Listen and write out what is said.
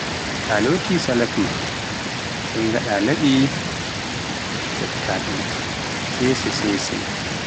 Taa lotii salak maa, sai ngaɗa laaɓi ketta ɗum sese-sese.